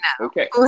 Okay